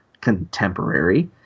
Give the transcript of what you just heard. contemporary